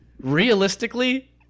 realistically